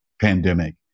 pandemic